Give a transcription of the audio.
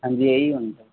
ਹਾਂਜੀ ਇਹੀ ਹੁੰਦਾ